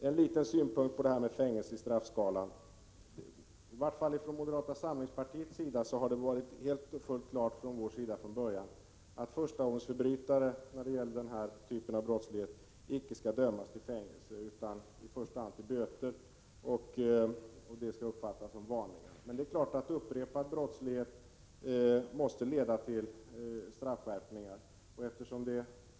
En liten synpunkt på detta med fängelse i straffskalan: Från moderata samlingspartiets sida har det från början varit helt klart att förstagångsförbrytare — när det gäller denna typ av brottslighet — inte skall dömas till fängelse utan i första hand till böter. Bötesstraffet skall uppfattas som en varning. Naturligtvis måste upprepad brottslighet leda till straffskärpningar.